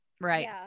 right